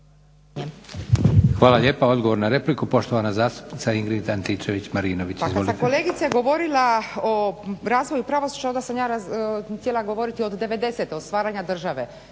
vama. I odgovor na repliku, poštovana zastupnica Ingrid Antičević-Marinović.